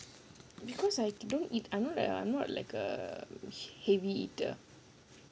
because I don't eat I'm not a I'm not like a hea~ heavy eater